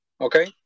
Okay